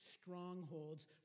strongholds